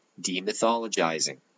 demythologizing